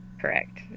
Correct